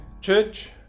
church